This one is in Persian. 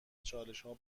چالشها